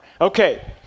Okay